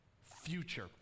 future